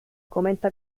comenta